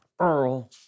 Earl